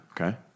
okay